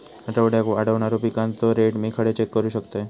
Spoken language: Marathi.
आठवड्याक वाढणारो पिकांचो रेट मी खडे चेक करू शकतय?